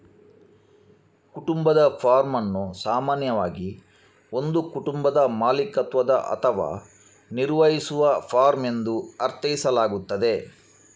ಕುಟುಂಬದ ಫಾರ್ಮ್ ಅನ್ನು ಸಾಮಾನ್ಯವಾಗಿ ಒಂದು ಕುಟುಂಬದ ಮಾಲೀಕತ್ವದ ಅಥವಾ ನಿರ್ವಹಿಸುವ ಫಾರ್ಮ್ ಎಂದು ಅರ್ಥೈಸಲಾಗುತ್ತದೆ